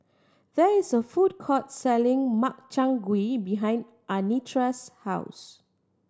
there is a food court selling Makchang Gui behind Anitra's house